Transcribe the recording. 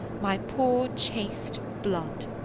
my poor chaste blood.